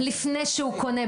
הוא לא בא אלייך לפני שהוא קונה.